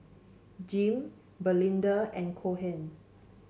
Jim Belinda and Cohen